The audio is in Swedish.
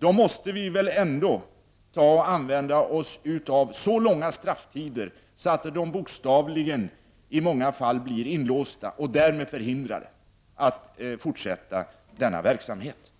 måste vi väl ändå använda oss av så långa strafftider att de som hanterar narkotika i många fall bokstavligen blir inlåsta och därmed förhindrade att fortsätta denna verksamhet.